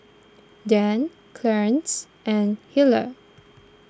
Dann Clarnce and Hillard